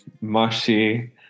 Moshi